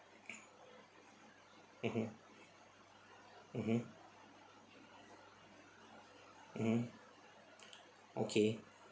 mmhmm mmhmm mmhmm okay